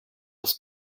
das